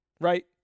right